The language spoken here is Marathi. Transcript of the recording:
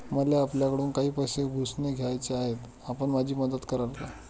मला आपल्याकडून काही पैसे उसने घ्यायचे आहेत, आपण माझी मदत कराल का?